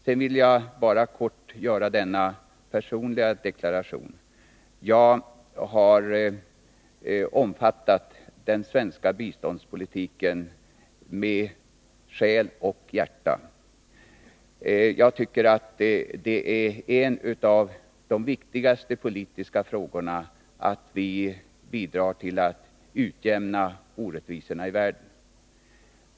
Sedan vill jag kort göra denna personliga deklaration: Jag har understött den svenska biståndspolitiken med själ och hjärta. Jag tycker att det är en av de viktigaste politiska frågorna att vi bidrar till att utjämna orättvisorna i världen.